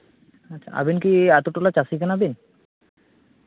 ᱟᱪᱪᱷᱟ ᱟᱵᱮᱱ ᱠᱤ ᱟᱹᱛᱩ ᱴᱚᱞᱟ ᱪᱟᱹᱥᱤ ᱠᱟᱱᱟᱵᱤᱱ